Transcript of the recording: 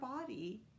body